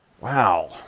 Wow